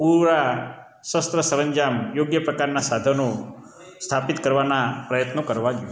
ઉરા શસ્ત્ર સરંજામ યોગ્ય પ્રકારના સાધનો સ્થાપિત કરવાના પ્રયત્નો કરવા